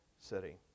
city